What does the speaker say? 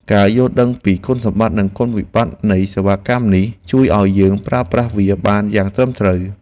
ការយល់ដឹងពីគុណសម្បត្តិនិងគុណវិបត្តិនៃសេវាកម្មនេះ ជួយឱ្យយើងប្រើប្រាស់វាបានយ៉ាងត្រឹមត្រូវ។